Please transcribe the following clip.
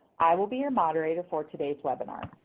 i will be your moderator for today's webinar.